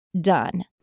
done